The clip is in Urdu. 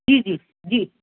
جی جی جی